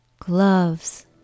gloves